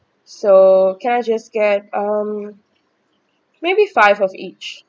so can I just get um maybe five of each